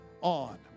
on